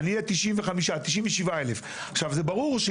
בסדר,